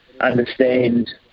understand